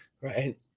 right